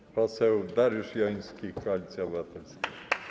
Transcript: Pan poseł Dariusz Joński, Koalicja Obywatelska.